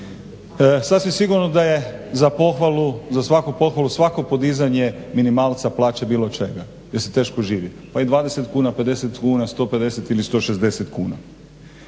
Sasvim sigurno da je za pohvalu za svaku pohvalu svako podizanje minimalca, plaće bilo čega jel se teško živi pa i 20 kuna, 50 kuna, 150 ili 160 kuna.